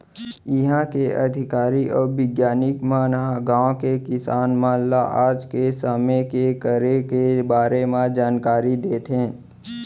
इहॉं के अधिकारी अउ बिग्यानिक मन ह गॉंव के किसान मन ल आज के समे के करे के बारे म जानकारी देथे